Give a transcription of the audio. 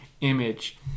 image